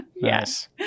Yes